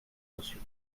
sociaux